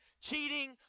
cheating